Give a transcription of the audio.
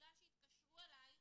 בגלל שהתקשרו אלייך